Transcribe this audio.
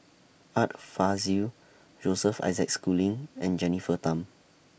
Art Fazil Joseph Isaac Schooling and Jennifer Tham